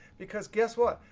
because guess what.